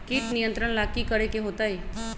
किट नियंत्रण ला कि करे के होतइ?